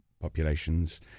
populations